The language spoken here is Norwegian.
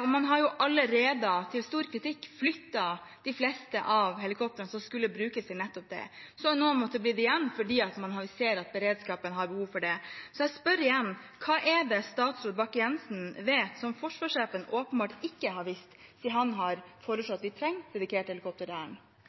og man har jo allerede – til stor kritikk – flyttet de fleste av helikoptrene som skulle brukes til nettopp det. Så har noen måttet bli igjen fordi man ser at beredskapen har behov for det. Så jeg spør igjen: Hva er det statsråd Bakke-Jensen vet som forsvarssjefen åpenbart ikke har visst, siden han har